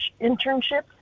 internships